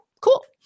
cool